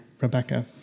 Rebecca